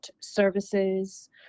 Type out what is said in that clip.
services